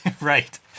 Right